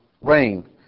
rain